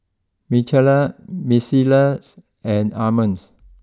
Michaela Melissa and Armond